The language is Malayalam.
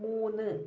മൂന്ന്